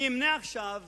אני אמנה עכשיו